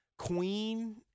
Queen